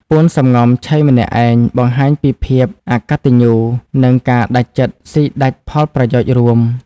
«ពួនសំងំឆីម្នាក់ឯង» បង្ហាញពីភាពអកតញ្ញូ និងការដាច់ចិត្តស៊ីដាច់ផលប្រយោជន៍រួម។